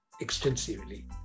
extensively